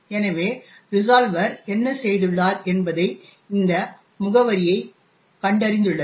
எனவே ரிசால்வர் என்ன செய்துள்ளார் என்பது இந்த முகவரியைக் கண்டறிந்துள்ளது